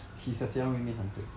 he's a xiao mei mei hunter